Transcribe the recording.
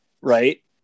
right